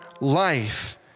life